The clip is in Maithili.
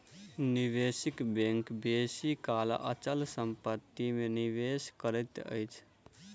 निवेशक बैंक बेसी काल अचल संपत्ति में निवेश करैत अछि